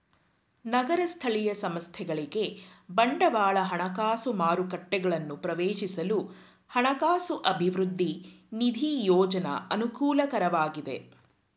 ನಗರ ಸ್ಥಳೀಯ ಸಂಸ್ಥೆಗಳಿಗೆ ಬಂಡವಾಳ ಹಣಕಾಸು ಮಾರುಕಟ್ಟೆಗಳನ್ನು ಪ್ರವೇಶಿಸಲು ಹಣಕಾಸು ಅಭಿವೃದ್ಧಿ ನಿಧಿ ಯೋಜ್ನ ಅನುಕೂಲಕರವಾಗಿದೆ